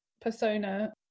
persona